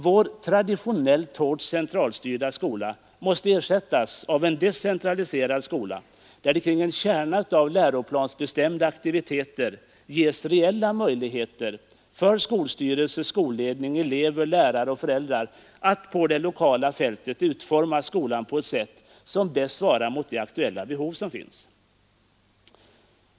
Vår traditionellt hårt centralstyrda skola måste ersättas av en decentraliserad skola, där det kring en kärna av läroplansbestämda aktiviteter ges reella möjligheter för skolstyrelse, skolledning, elever, lärare och föräldrar att på det lokala fältet utforma skolan på ett sätt som bäst svarar mot de behov som finns.